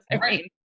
Right